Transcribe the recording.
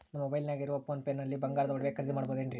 ನಮ್ಮ ಮೊಬೈಲಿನಾಗ ಇರುವ ಪೋನ್ ಪೇ ನಲ್ಲಿ ಬಂಗಾರದ ಒಡವೆ ಖರೇದಿ ಮಾಡಬಹುದೇನ್ರಿ?